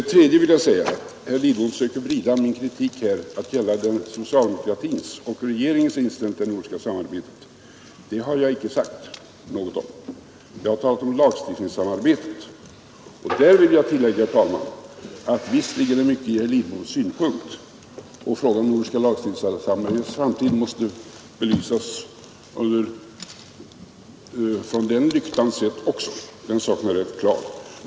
Åktenskapslagstift Vidare försöker herr Lidbom vrida min kritik till att gälla social HINBEN NE H0 demokratins och regeringens inställning till det nordiska samarbetet. Någon sådan kritik har jag inte framställt. Jag har talat om lagstiftningssamarbetet. Jag vill tillägga, herr talman, att det visst ligger mycket i herr Lidboms synpunkter, och frågan om det nordiska lagstiftningssamarbetet i framtiden måste belysas från den utgångspunkten han talar om också, den saken är rätt klar.